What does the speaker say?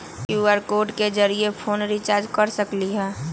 QR code के जरिय phone recharge कर सकली ह?